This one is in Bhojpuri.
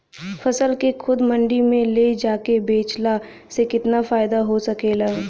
फसल के खुद मंडी में ले जाके बेचला से कितना फायदा हो सकेला?